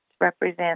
represent